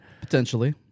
potentially